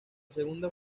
segunda